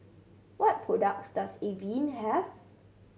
what products does Avene have